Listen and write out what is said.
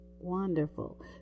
Wonderful